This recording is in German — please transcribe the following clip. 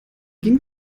ging